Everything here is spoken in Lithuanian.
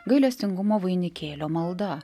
gailestingumo vainikėlio malda